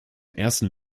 ersten